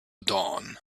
dawn